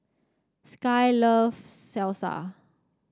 Skye loves Salsa